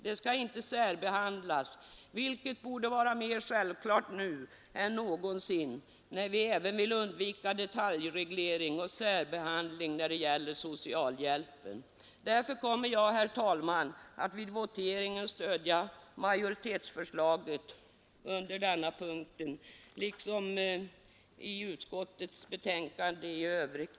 De skall inte särbehandlas, vilket borde vara mer självklart nu än någonsin när vi även vill undvika detaljreglering och särbehandling då det gäller socialhjälpen. Därför kommer jag, herr talman, att vid voteringen stödja majoritetsförslaget under denna punkt liksom majoritetens förslag i utskottets betänkande i övrigt.